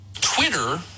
Twitter